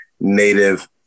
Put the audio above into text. native